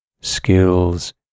skills